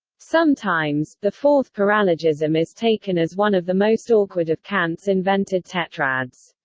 sometimes, the fourth paralogism is taken as one of the most awkward of kant's invented tetrads.